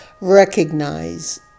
recognize